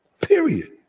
period